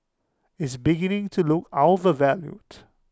is beginning to look overvalued